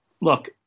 look